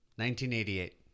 1988